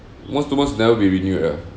most the most never be renewed ah